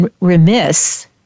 remiss